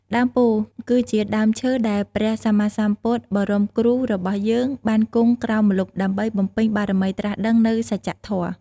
ដើមពោធិ៍គឺជាដើមឈើដែលព្រះសម្មាសម្ពុទ្ធបរមគ្រូរបស់យើងបានគង់ក្រោមម្លប់ដើម្បីបំពេញបារមីត្រាស់ដឹងនូវសច្ចធម៌។